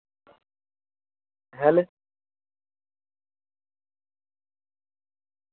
hello